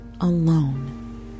alone